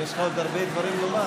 אם יש לך עוד הרבה דברים לומר,